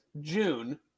June